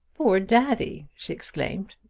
poor daddy! she exclaimed.